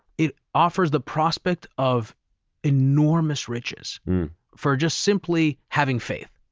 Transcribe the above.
it offers the prospect of enormous riches for just simply having faith,